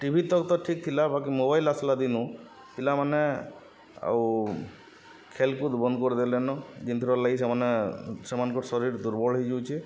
TV ତକ୍ ତ ଠିକ୍ ଥିଲା ବାକି ମୋବାଇଲ ଆସିଲା ଦିନୁ ପିଲାମାନେ ଆଉ ଖେଲକୁଦ ବନ୍ଦ କରିଦେଲେନ ଯେନିଥିର୍ ଲାଗି ସେମାନେ ସେମାନଙ୍କର ଶରୀର ଦୁର୍ବଳ ହେଇଯାଉଚେ